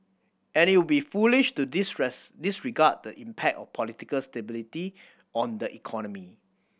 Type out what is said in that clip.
and it would be foolish to disregard the impact of political stability on the economy